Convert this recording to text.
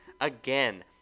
again